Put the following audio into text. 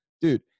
dude